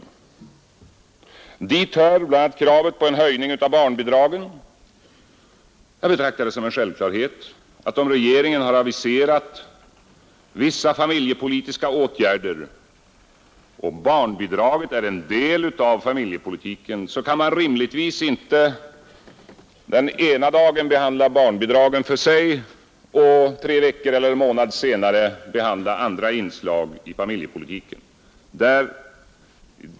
Dit hör bl.a. kravet på en höjning av barnbidragen. Om regeringen har aviserat vissa familjepolitiska åtgärder — och barnbidragen är en del av familjepolitiken — så kan man rimligtvis inte — detta betraktar jag som en självklarhet — behandla barnbidragen vid ett tillfälle och tre veckor eller en månad senare behandla andra inslag i familjepolitiken.